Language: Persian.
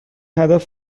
هدف